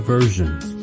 Versions